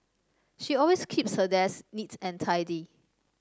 she always keeps her desk and tidy